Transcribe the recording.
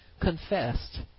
confessed